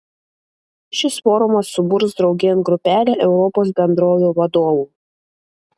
šis forumas suburs draugėn grupelę europos bendrovių vadovų